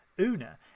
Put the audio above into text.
Una